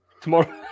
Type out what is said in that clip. tomorrow